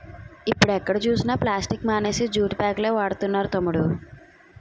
ఇప్పుడు ఎక్కడ చూసినా ప్లాస్టిక్ మానేసి జూట్ బాగులే వాడుతున్నారు తమ్ముడూ